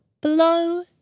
Blow